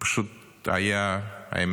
זה פשוט היה מביך,